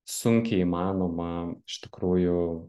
sunkiai įmanoma iš tikrųjų